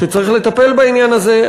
שצריך לטפל בעניין הזה.